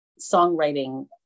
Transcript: songwriting